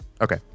Okay